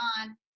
on